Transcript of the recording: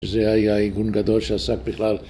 זה היה איגון גדול שעסק בכלל